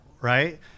right